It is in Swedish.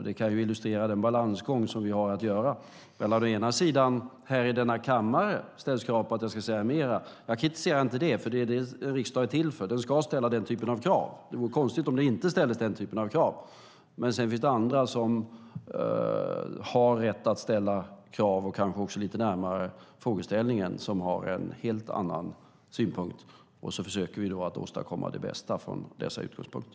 Det kan illustrera den balansgång som vi har att gå. Å ena sidan ställs det här i denna kammare krav på att jag ska säga mer. Jag kritiserar inte det, för det är det riksdagen är till för. Den ska ställa den typen av krav. Det vore konstigt om den typen av krav inte ställdes. Å andra sidan finns det andra som har rätt att ställa krav, kanske också lite närmare frågeställningen, som har en helt annan synpunkt. Vi försöker då att åstadkomma det bästa från dessa utgångspunkter.